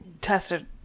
tested